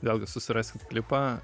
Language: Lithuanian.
vėlgi susiraskit klipą